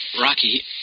Rocky